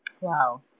Wow